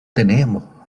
tenemos